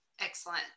Excellent